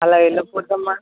అలా వెళ్ళకూడదమ్మ